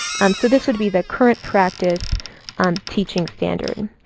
so this would be the current practice um teaching standard.